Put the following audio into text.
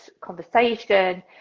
conversation